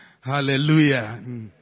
Hallelujah